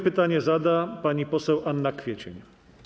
Pytanie zada pani poseł Anna Kwiecień.